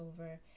over